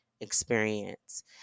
experience